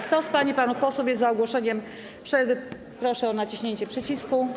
Kto z pań i panów posłów jest za ogłoszeniem przerwy, proszę o naciśnięcie przycisku.